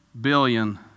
billion